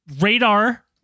Radar